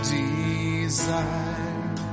desire